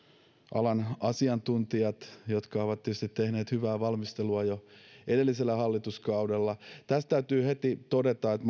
alan asiantuntijat ovat tietysti tehneet hyvää valmistelua jo edellisellä hallituskaudella tässä täytyy heti todeta että